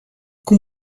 cum